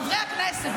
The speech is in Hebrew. חברי הכנסת,